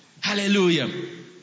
Hallelujah